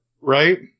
Right